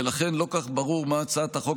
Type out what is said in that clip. ולכן לא כל כך ברור מה הצעת החוק